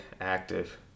active